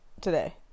today